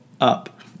up